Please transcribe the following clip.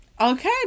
Okay